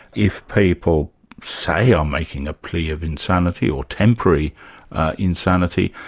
if people say i'm making a plea of insanity, or temporary insanity,